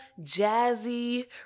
jazzy